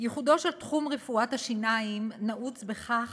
ייחודו של תחום רפואת השיניים נעוץ בכך